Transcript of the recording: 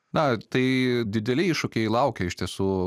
na tai dideli iššūkiai laukia iš tiesų